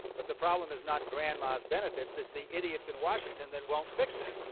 but the problem is not grandma's benefits, it's the idiots in washington that won't fix it.